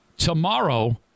Tomorrow